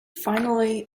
finally